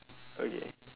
okay